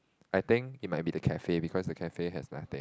I think it might be the cafe because the cafe has nothing